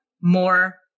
more